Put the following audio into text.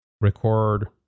record